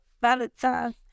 Valentine